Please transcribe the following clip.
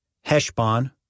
Heshbon